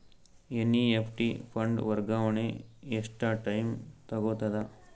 NEFT fund ವರ್ಗಾವಣೆ ಎಷ್ಟ time ತೋಗೊತದ?